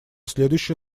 следующий